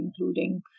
including